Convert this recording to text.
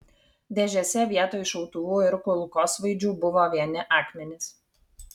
dėžėse vietoj šautuvų ir kulkosvaidžių buvo vieni akmenys